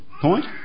point